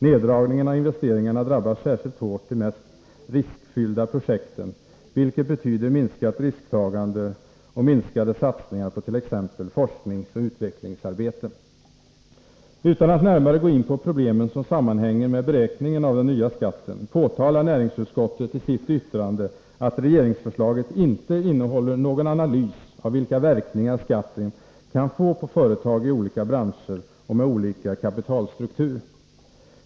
Neddragningen av investeringarna drabbar särskilt hårt de mest riskfyllda projekten, vilket betyder minskat risktagande och minskade satsningar på t.ex. forskningsoch utvecklingsarbete. Utan att närmare gå in på de problem som sammanhänger med beräkningen av den nya skatten påtalar näringsutskottet i sitt yttrande att regeringsförslaget inte innehåller någon analys av vilka verkningar skatten kan få på företag i olika branscher och med olika kapitalstruktur.